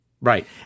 Right